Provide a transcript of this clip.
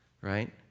right